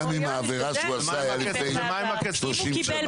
גם אם העבירה שהוא עשה היתה לפני 30 שנה.